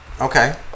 Okay